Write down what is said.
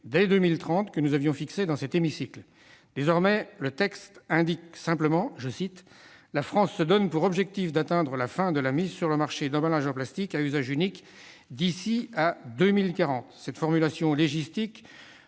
2030 que nous avions fixés. Désormais, le texte indique simplement que « la France se donne pour objectif d'atteindre la fin de la mise sur le marché d'emballages en plastique à usage unique d'ici à 2040 ».